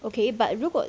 okay but 如果